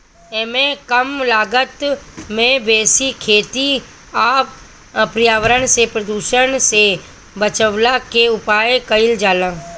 एमे कम लागत में बेसी खेती आ पर्यावरण के प्रदुषण से बचवला के उपाय कइल जाला